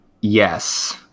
Yes